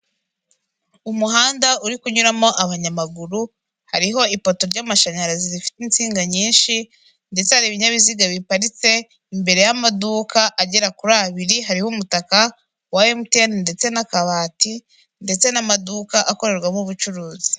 Umuhanda uri kunyuramo abanyamaguru, hariho iooto ry'amashanyarazi rifite insinga nyinshi ndetse hari ibinyabiziga biparitse imbere y'amaduka agera kuri abiri, hariho umutaka wa emutiyeni ndetse n'akabati ndetse n'amaduka akorerwamo ubucuruzi.